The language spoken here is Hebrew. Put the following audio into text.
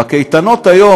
בקייטנות היום,